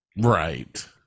Right